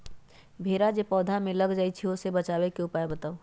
भेरा जे पौधा में लग जाइछई ओ से बचाबे के उपाय बताऊँ?